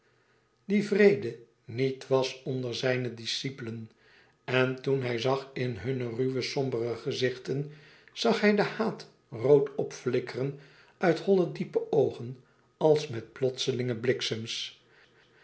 die vrede niet was onder zijne discipelen en toen hij zag in hunne ruwe sombere gezichten zag hij de haat rood opflikkeren uit holle diepe oogen als met plotselinge bliksems